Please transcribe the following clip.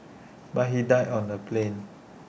but he died on the plane